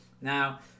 now